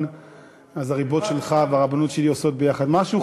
אז הריבות שלך והרבנות שלי עושות ביחד משהו.